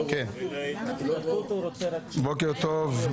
בוקר טוב.